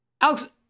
Alex